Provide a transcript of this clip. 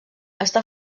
està